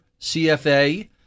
CFA